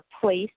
place